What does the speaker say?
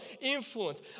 Influence